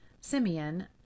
Simeon